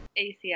ACL